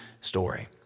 story